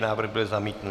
Návrh byl zamítnut.